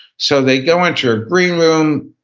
so they go into a green room,